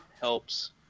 helps